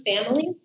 families